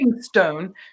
stone